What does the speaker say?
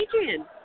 Adrian